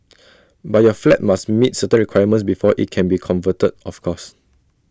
but your flat must meet certain requirements before IT can be converted of course